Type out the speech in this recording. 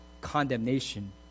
condemnation